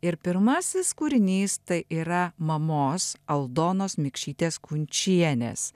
ir pirmasis kūrinys tai yra mamos aldonos mikšytės kunčienės